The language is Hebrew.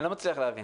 אני לא מצליח להבין.